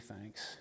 thanks